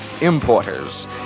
importers